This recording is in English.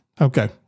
Okay